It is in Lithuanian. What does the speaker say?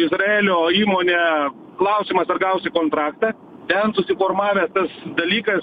izraelio įmone klausimas ar gausi kontraktą ten susiformavęs tas dalykas